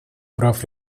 прав